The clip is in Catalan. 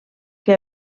que